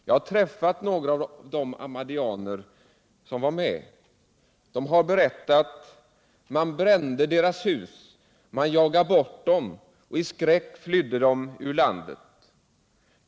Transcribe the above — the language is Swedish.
Jag har träffat några av de ahmadiyyaner som var med. De har berättat hur man brände deras hus, hur man jagade bort dem, hur de i skräck flydde ur landet.